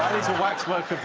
waxwork